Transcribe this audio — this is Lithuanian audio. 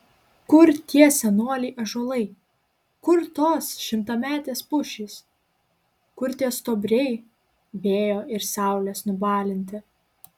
kur tie senoliai ąžuolai kur tos šimtametės pušys kur tie stuobriai vėjo ir saulės nubalinti